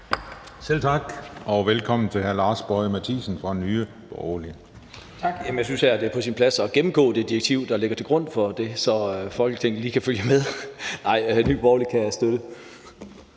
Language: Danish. Kl. 11:50 (Ordfører) Lars Boje Mathiesen (NB): Tak. Jamen jeg synes, det er på sin plads at gennemgå det direktiv, der ligger til grund for det, så Folketinget lige kan følge med – nej, Nye Borgerlige kan støtte